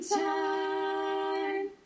Time